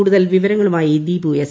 കൂടുതൽ വിവരങ്ങളുമായി ദീപു എസ്